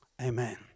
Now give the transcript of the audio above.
Amen